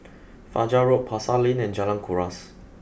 Fajar Road Pasar Lane and Jalan Kuras